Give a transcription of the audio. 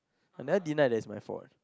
I never deny that is my fault